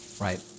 Right